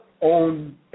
own